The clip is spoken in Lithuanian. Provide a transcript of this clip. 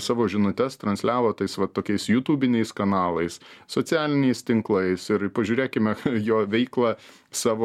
savo žinutes transliavo tais va tokiais jutubiniais kanalais socialiniais tinklais ir pažiūrėkime jo veiklą savo